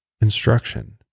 instruction